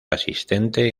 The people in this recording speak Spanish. asistente